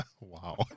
Wow